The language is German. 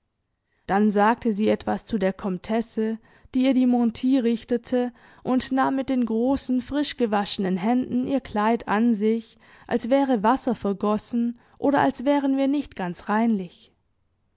dann sagte sie etwas zu der komtesse die ihr die mantille richtete und nahm mit den großen frisch gewaschenen händen ihr kleid an sich als wäre wasser vergossen oder als wären wir nicht ganz reinlich